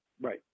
Right